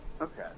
okay